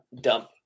dump